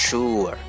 Sure